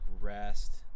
rest